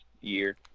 year